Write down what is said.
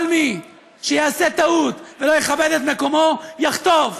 כל מי שיעשה טעות ולא יכבד את מקומו, יחטוף,